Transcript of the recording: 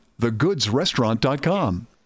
TheGoodsRestaurant.com